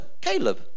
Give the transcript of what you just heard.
Caleb